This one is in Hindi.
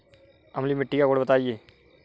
अम्लीय मिट्टी का गुण बताइये